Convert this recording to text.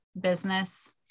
business